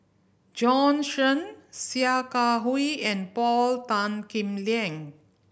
Jorn Shen Sia Kah Hui and Paul Tan Kim Liang